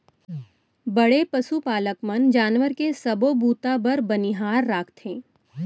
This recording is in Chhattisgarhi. बड़े पसु पालक मन जानवर के सबो बूता बर बनिहार राखथें